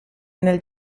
nel